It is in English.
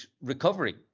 recovery